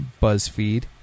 BuzzFeed